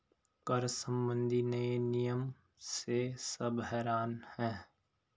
कर संबंधी नए नियम से सब हैरान हैं